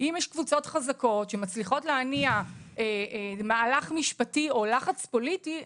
אם יש קבוצות חזקות שמצליחות להניע מהלך משפטי או לחץ פוליטי,